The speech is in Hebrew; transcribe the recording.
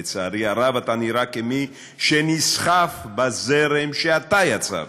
לצערי הרב, אתה נראה כמי שנסחף בזרם שהוא יצר,